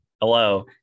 Hello